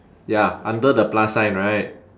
ya under the plus sign right